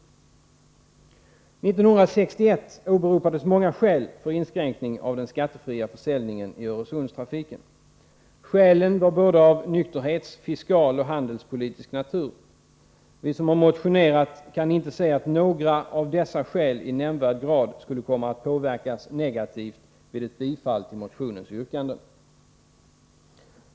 1961 åberopades många skäl för inskränkning av den skattefria försäljningen i Öresundstrafiken. Skälen var både av nykterhetsnatur samt fiskal och handelspolitisk natur. Vi som har motionerat kan inte se att några av dessa tre skäl i nämnvärd grad skulle komma att påverkas negativt vid ett bifall till motionens yrkanden.